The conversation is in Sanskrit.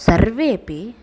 सर्वेपि